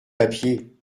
papiers